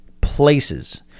places